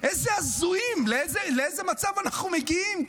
איזה הזויים, לאיזה מצב אנחנו מגיעים?